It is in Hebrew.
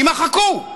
יימחקו,